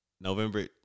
November